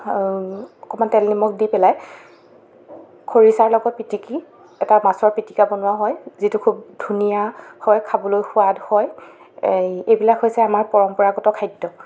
অকণমান তেল নিমখ দি পেলাই খৰিচাৰ লগত পিতিকি এটা মাছৰ পিতিকা বনোৱা হয় যিটো খুব ধুনীয়া হয় খাবলৈ সোৱাদ হয় এই এইবিলাক হৈছে আমাৰ পৰম্পৰাগত খাদ্য